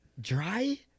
Dry